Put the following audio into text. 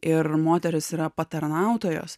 ir moterys yra patarnautojos